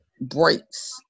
breaks